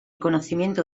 conocimiento